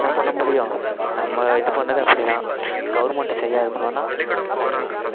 என்ன பண்ண முடியும் நம்ம இது பண்ணிணது அப்படி தான் கவர்மெண்ட்டு சரியாக இருக்கணுன்னா கல்வியை ஃப்ரீயாக கொடுக்குணும்